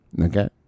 Okay